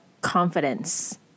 confidence